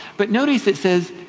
but notice it says,